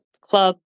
club